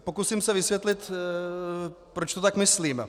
Pokusím se vysvětlit, proč to tak myslím.